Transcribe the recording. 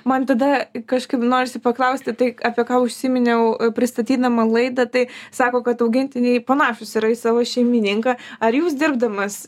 man tada kažkaip norisi paklausti tai apie ką užsiminiau pristatydama laidą tai sako kad augintiniai panašus yra į savo šeimininką ar jūs dirbdamas